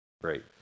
Great